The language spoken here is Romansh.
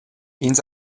ins